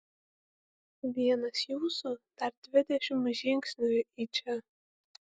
vienas jūsų dar dvidešimt žingsnių į čia